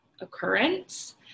occurrence